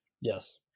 Yes